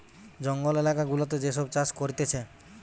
জঙ্গল এলাকা গুলাতে যে সব চাষ করতিছে